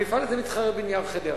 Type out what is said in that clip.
המפעל הזה מתחרה ב"נייר חדרה".